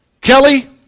Kelly